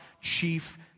chief